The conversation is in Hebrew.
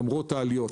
למרות העליות,